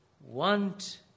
want